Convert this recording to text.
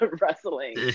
wrestling